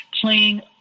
playing